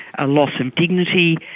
a loss of dignity,